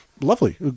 lovely